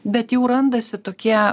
bet jau randasi tokie